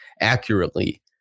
accurately